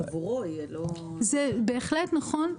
זה בהחלט נכון.